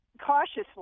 cautiously